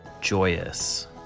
joyous